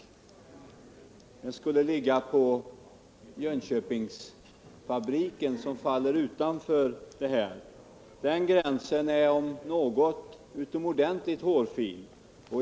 I det fallet skulle det bli fråga om Jönköpingsfabriken, som faller utanför det här. Den gränsen är om något utomordentligt hårfin.